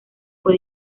fue